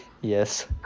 Yes